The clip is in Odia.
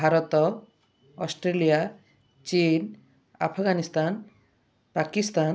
ଭାରତ ଅଷ୍ଟ୍ରେଲିଆ ଚୀନ ଆଫଗାନିସ୍ତାନ ପାକିସ୍ତାନ